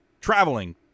traveling